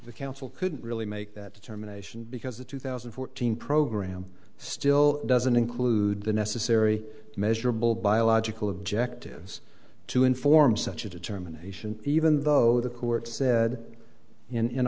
the council couldn't really make that determination because the two thousand and fourteen programme still doesn't include the necessary measurable biological objectives to inform such a determination even though the court said in